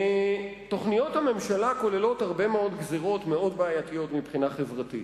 תוכניות הממשלה כוללות הרבה מאוד גזירות מאוד בעייתיות מבחינה חברתית.